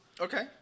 Okay